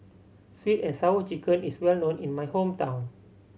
Sweet And Sour Chicken is well known in my hometown